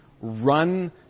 Run